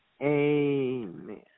Amen